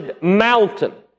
mountain